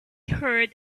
heard